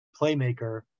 playmaker